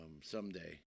Someday